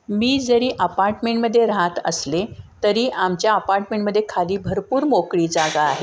मी जरी अपार्टमेंटमध्ये राहत असले तरी आमच्या अपार्टमेंटमध्ये खाली भरपूर मोकळी जागा आहे